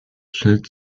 schild